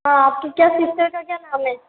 हाँ आपकी क्या सिस्टर का क्या नाम है